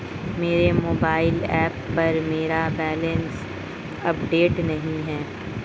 मेरे mobile app पर मेरा बैलेंस अपडेट नहीं है